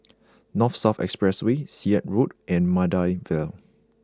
North South Expressway Sirat Road and Maida Vale